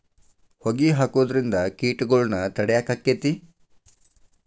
ಹೊಗಿ ಹಾಕುದ್ರಿಂದ ಕೇಟಗೊಳ್ನ ತಡಿಯಾಕ ಆಕ್ಕೆತಿ?